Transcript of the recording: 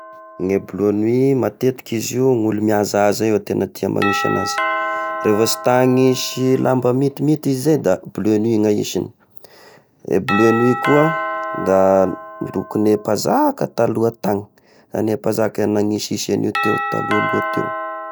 Ny bleu nuit matetiky izy io ny olo mihazahaza io tegna tia magnisy agnazy, rehefo sy ta agnisy lamba mintiminty izy zay da bleu nuit ny ahisiny, a bleu nuit koa da lokon'ny mpanzaka taloha tany, any mpazaka nanisihisy an'io teo talohaloha teo.